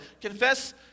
Confess